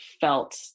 felt